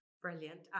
Brilliant